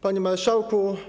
Panie Marszałku!